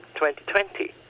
2020